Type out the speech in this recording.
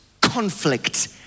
conflict